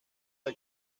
der